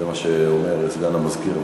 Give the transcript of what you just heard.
זה מה שאומר סגן המזכיר.